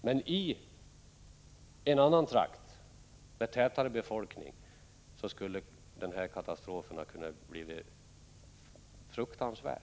Men i en annan trakt med tätare befolkning skulle katastrofen ha kunnat bli fruktansvärd.